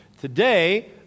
Today